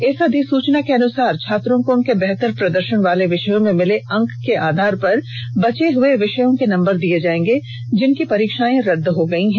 इस अधिसूचना के अनुसार छात्रों को उनके बेहतर प्रदर्षन वाले विषयों में मिले अंक के आधार पर बचे हुए विषयों के नंबर दिये जायेंगे जिनकी परीक्षाएं रद्द हो गयी है